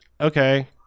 Okay